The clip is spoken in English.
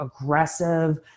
aggressive